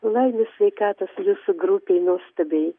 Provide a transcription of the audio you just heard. laimės sveikatos jūsų grupei nuostabiai